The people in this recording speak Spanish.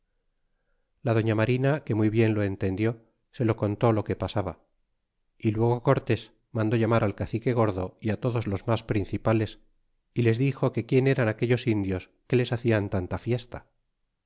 la doña marina que muy bien lo entendió se lo contó lo que pasaba é luego cortés mandó llamar al cacique gordo y todos los mas principales y les dixo que quien eran aquellos indios que les hacian tanta fiesta